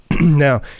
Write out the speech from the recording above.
Now